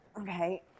Okay